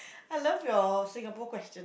I love your Singapore question